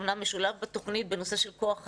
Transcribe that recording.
אמנם הוא משולב בתוכנית בנושא של כוח אדם,